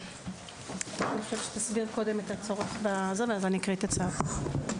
אני חושבת שנסביר קודם את הצורך ואז אקריא את הצו.